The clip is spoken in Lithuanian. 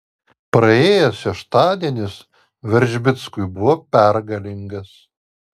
praėjęs šeštadienis veržbickui buvo pergalingas